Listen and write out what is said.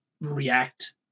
react